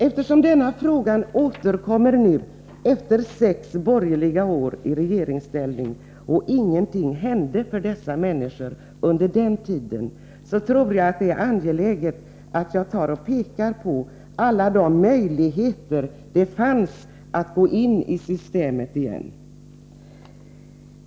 Eftersom denna fråga återkommer nu, efter sex borgerliga år i regeringsställning, då ingenting hände för dessa människor, tycker jag det är angeläget att peka på alla de möjligheter som fanns att gå in i systemet igen.